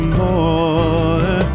more